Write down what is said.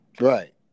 Right